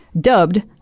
dubbed